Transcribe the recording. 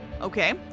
Okay